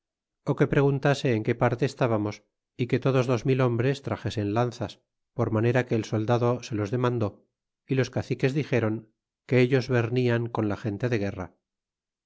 ó que preguntase en qué parte estábamos é que todos dos mil hombres traxesen lanzas por manera que el soldado se los demandó é los caciques dixeron que ellos vernian con la gente de guerra